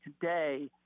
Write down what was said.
today